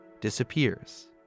disappears